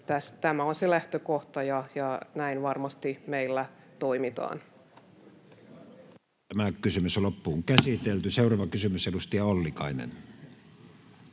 Tämä on se lähtökohta, ja näin varmasti meillä toimitaan. Seuraava kysymys, edustaja Ollikainen.